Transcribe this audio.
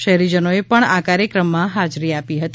શહેરીજનોએ પણ આ કાર્યક્રમમાં હાજરી આપી હતી